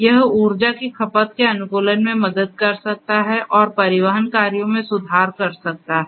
यह ऊर्जा की खपत के अनुकूलन में मदद कर सकता है और परिवहन कार्यों में सुधार कर सकता है